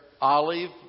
olive